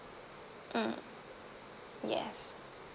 mm yes